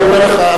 אני אומר לך,